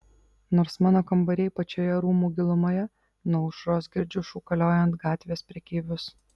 nors mano kambariai pačioje rūmų gilumoje nuo aušros girdžiu šūkaliojant gatvės prekeivius